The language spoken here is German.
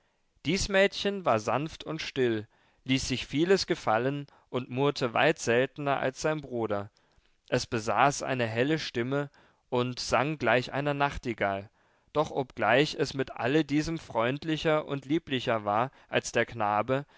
dies mädchen war sanft und still ließ sich vieles gefallen und murrte weit seltener als sein bruder es besaß eine helle stimme und sang gleich einer nachtigall doch obgleich es mit alle diesem freundlicher und lieblicher war als der knabe